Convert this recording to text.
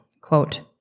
quote